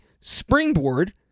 springboard